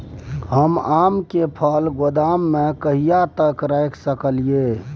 हम आम के फल गोदाम में कहिया तक रख सकलियै?